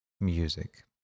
music